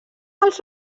dels